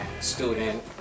Student